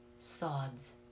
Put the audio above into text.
sods